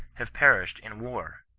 have perished in war?